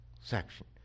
section